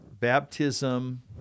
baptism